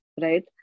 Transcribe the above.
right